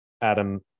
adam